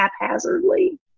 haphazardly